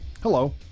Hello